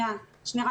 שניה,